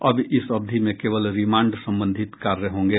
अब इस अवधि में केवल रिमांड संबंधित कार्य होंगे